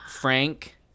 Frank